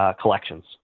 collections